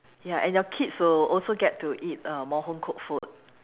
ya and your kids will also get to eat err more home cooked food